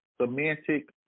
Semantic